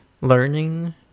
learning